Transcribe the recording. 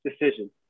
decision